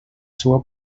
seua